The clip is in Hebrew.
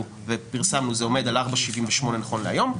ופרסמנו זה עומד על 4.78% נכון להיום.